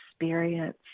experience